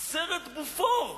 הסרט "בופור"